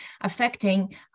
affecting